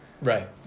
Right